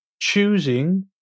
choosing